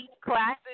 classes